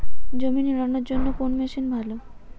জমি নিড়ানোর জন্য কোন মেশিন ভালো?